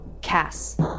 Cass